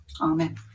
Amen